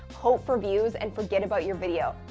hope for views, and forget about your video.